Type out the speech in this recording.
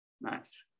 Nice